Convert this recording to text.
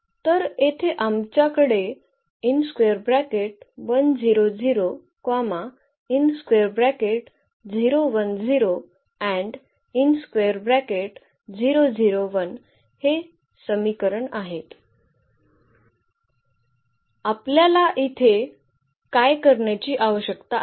तर येथे आमच्याकडे हे समीकरण आहेत आपल्याला इथे काय करण्याची आवश्यकता आहे